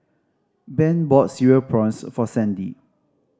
Ben bought Cereal Prawns for Sandie